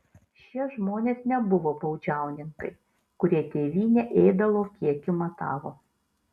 šie žmonės nebuvo baudžiauninkai kurie tėvynę ėdalo kiekiu matavo